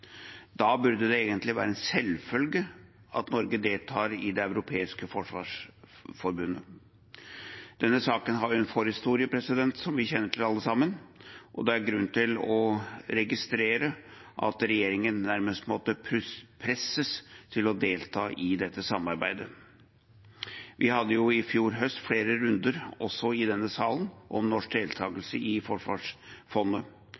Da burde det egentlig være en selvfølge at Norge deltar i Det europeiske forsvarsforbundet. Denne saken har en forhistorie som vi kjenner til, alle sammen, og det er grunn til å registrere at regjeringen nærmest måtte presses til å delta i dette samarbeidet. Vi hadde i fjor høst flere runder også i denne salen om norsk